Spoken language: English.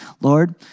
Lord